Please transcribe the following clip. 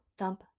thump